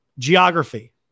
Geography